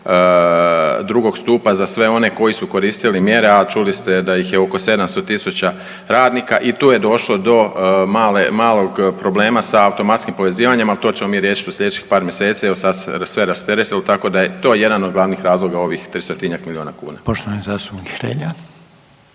drugog stupa za sve one koji su koristili mjere, a čuli ste da ih je oko 700.000 radnika i tu je došlo do male, malog problema sa automatskim povezivanjem, al to ćemo mi riješit u slijedećih par mjeseci, evo sad se sve rasteretilo, tako da je to jedan od glavnih razloga ovih 300-tinjak milijuna kuna.